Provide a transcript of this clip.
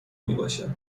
میباشد